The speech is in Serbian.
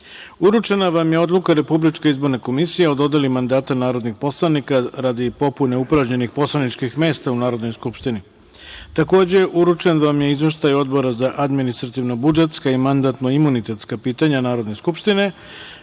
vam je Odluka Republičke izborne komisije o dodeli mandata narodnih poslanika radi popune upražnjenih poslaničkih mesta u Narodnoj skupštini. Takođe, uručen vam je Izveštaj Odbora za administrativno-budžetska i mandatno-imunitetska pitanja Narodne skupštine,